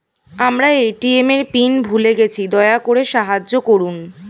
আমার এ.টি.এম এর পিন ভুলে গেছি, দয়া করে সাহায্য করুন